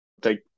take